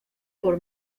por